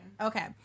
Okay